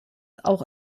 auch